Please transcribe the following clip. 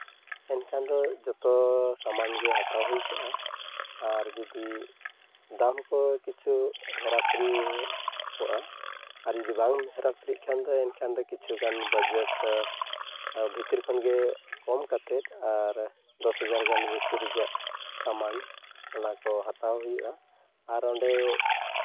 ᱮᱱᱠᱷᱟᱱ ᱫᱚ ᱡᱚᱛᱚ ᱥᱟᱢᱟᱱᱜᱮ ᱦᱟᱛᱟᱣ ᱦᱩᱭᱩᱜᱼᱟ ᱟᱨ ᱡᱩᱫᱤ ᱫᱟᱢ ᱠᱚ ᱠᱤᱪᱷᱩ ᱦᱮᱨᱟ ᱯᱷᱮᱨᱤ ᱠᱚᱜᱼᱟ ᱟᱨ ᱡᱩᱫᱤ ᱵᱟᱝ ᱦᱮᱨᱟ ᱯᱷᱮᱨᱤᱜ ᱠᱷᱟᱱ ᱫᱚ ᱮᱱᱠᱷᱟᱱ ᱫᱚ ᱠᱤᱪᱷᱩᱜᱟᱱ ᱵᱟᱡᱮᱠᱴ ᱵᱷᱤᱛᱤᱨ ᱠᱷᱚᱱᱜᱮ ᱠᱚᱢ ᱠᱟᱛᱮᱫ ᱟᱨ ᱫᱚᱥ ᱦᱟᱡᱟᱨ ᱜᱟᱱ ᱵᱷᱤᱛᱤᱨ ᱨᱮᱭᱟᱜ ᱥᱟᱢᱟᱱ ᱚᱱᱟᱠᱚ ᱦᱟᱛᱟᱣ ᱦᱩᱭᱩᱜᱼᱟ ᱟᱨ ᱚᱸᱰᱮ